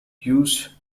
used